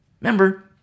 Remember